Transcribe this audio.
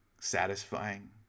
satisfying